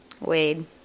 Wade